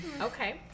okay